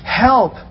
help